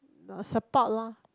your support loh